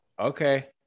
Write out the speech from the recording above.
okay